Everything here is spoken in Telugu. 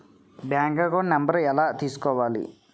బ్యాంక్ అకౌంట్ నంబర్ ఎలా తీసుకోవాలి?